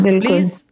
please